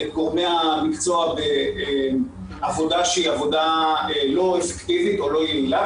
גורמי המקצוע בעבודה שהיא עבודה לא אפקטיבית או לא יעילה,